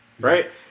right